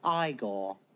Igor